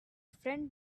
friend